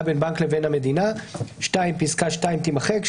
בין בנק לבין המדינה"; פסקה (2) תימחק,